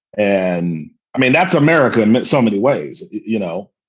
and i mean, that's america in so many ways, you know?